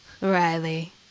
Riley